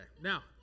now